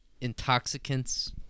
Intoxicants